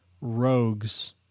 rogues